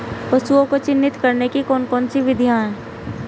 पशुओं को चिन्हित करने की कौन कौन सी विधियां हैं?